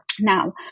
Now